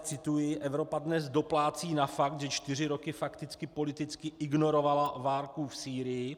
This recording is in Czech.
Cituji: Evropa dnes doplácí na fakt, že čtyři roky fakticky politicky ignorovala válku v Sýrii.